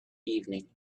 evening